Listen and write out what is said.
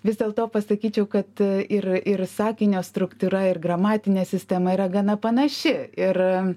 vis dėlto pasakyčiau kad ir ir sakinio struktūra ir gramatinė sistema yra gana panaši ir